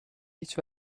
هیچ